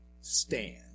stand